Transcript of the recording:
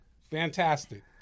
Fantastic